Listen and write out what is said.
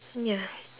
ya